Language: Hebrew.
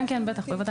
כן, בטח, בוודאי.